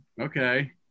Okay